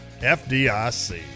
FDIC